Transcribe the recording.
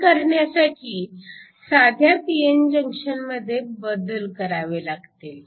हे करण्यासाठी साध्या p n जंक्शनमध्ये बदल कराव लागेल